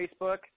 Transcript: Facebook